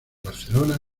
barcelona